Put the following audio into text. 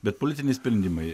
bet politiniai sprendimai